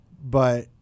But-